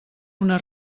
una